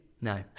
No